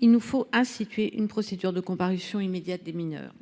tout de même instituer une procédure de comparution immédiate pour les mineurs.